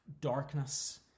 darkness